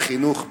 והחינוך בפרט.